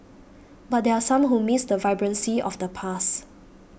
but there are some who miss the vibrancy of the past